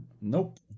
nope